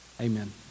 amen